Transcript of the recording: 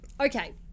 Okay